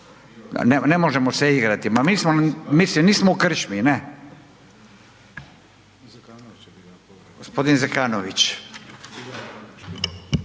Ne možemo se igrati, ma mislim nismo u krčmi, ne. Gospodin Zekanović.